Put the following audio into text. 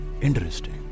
Interesting